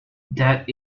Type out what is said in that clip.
that